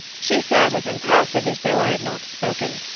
she sat as impassive as though i had not spoken.